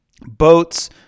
Boats